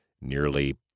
nearly